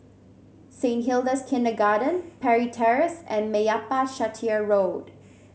Saint Hilda's Kindergarten Parry Terrace and Meyappa Chettiar Road